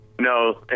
No